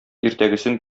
иртәгесен